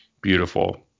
beautiful